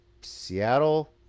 Seattle